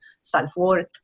self-worth